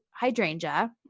hydrangea